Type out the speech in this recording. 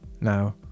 now